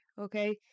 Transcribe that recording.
okay